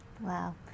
Wow